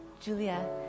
Julia